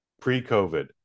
pre-covid